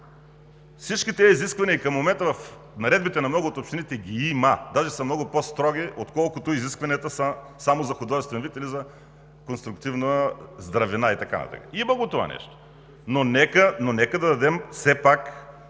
Всички тези изисквания и към момента в наредбите на много от общините ги има, даже са много по-строги, отколкото са изискванията за художествен вид или за конструктивна здравина и така нататък. Има го това нещо, но нека да дадем все пак